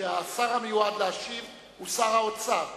שהשר המיועד להשיב הוא שר האוצר.